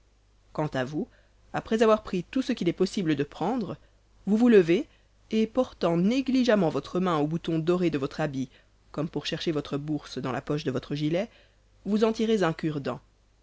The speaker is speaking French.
quant à vous après avoir pris tout ce qu'il est possible de prendre vous vous levez et portant négligemment votre main au bouton doré de votre habit comme pour chercher votre bourse dans la poche de votre gilet vous en tirez un cure-dents